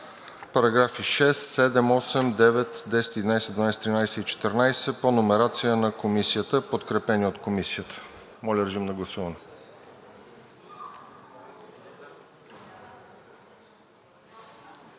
параграфи 6, 7, 8, 9, 10, 11, 12, 13 и 14 по номерация на Комисията, подкрепени от Комисията. Гласували